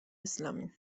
اسلامی